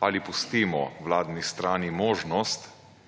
ali pustimo vladni strani možnost,